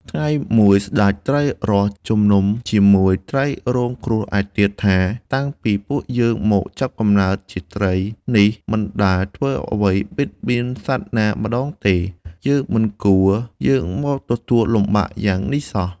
ថ្ងៃមួយ ស្ដេចត្រីរ៉ស់ជំនុំជាមួយត្រីរងគ្រោះឯទៀតថា៖ «តាំងពីពួកយើងមកចាប់កំណើតជាត្រីនេះ មិនដែលធ្វើអ្វីបៀតបៀនសត្វណាម្ដងទេ មិនគួរយើងមកទទួលលំបាកយ៉ាងនេះសោះ»។